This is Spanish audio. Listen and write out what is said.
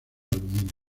aluminio